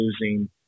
losing